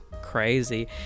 crazy